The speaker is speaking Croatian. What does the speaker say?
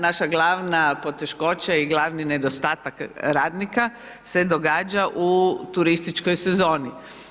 Naša glavna poteškoća i glavni nedostatak radnika, se događa u turističkoj sezoni.